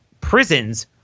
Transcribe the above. prisons